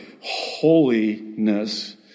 holiness